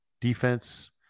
defense